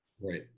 right